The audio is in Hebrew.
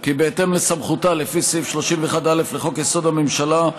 כי בהתאם לסמכותה לפי סעיף 31(א) לחוק-יסוד: הממשלה,